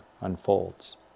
unfolds